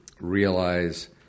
realize